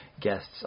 guests